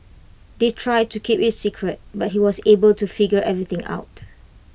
they tried to keep IT A secret but he was able to figure everything out